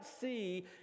see